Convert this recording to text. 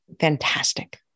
fantastic